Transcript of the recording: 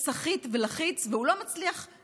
שכל החודש וחצי האלה הוא סחיט ולחיץ והוא לא מצליח לג'נגל.